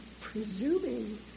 presuming